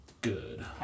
good